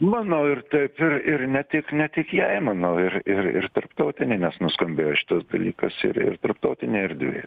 manau ir taip ir ir ne tik ne tik jai manau ir ir ir tarptautinėj nes nuskambėjo šitas dalykas ir ir tarptautinėj erdvėj